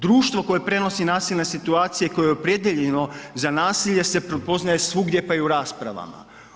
Društvo koje prenosi nasilne situacije koje je opredijeljeno za nasilje se prepoznaje svugdje pa i u raspravama.